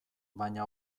baina